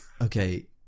okay